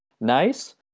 Nice